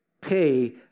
pay